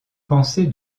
pensée